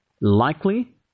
likely